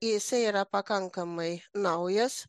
jisai yra pakankamai naujas